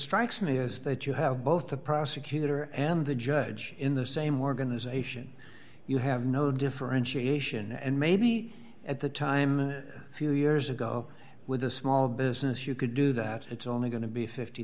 strikes me is that you have both the prosecutor and the judge in the same organization you have no differentiation and maybe at the time a few years ago with a small business you could do that it's only going to be fifty